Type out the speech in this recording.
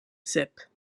sep